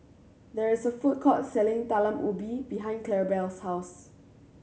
there is a food court selling Talam Ubi behind Clarabelle's house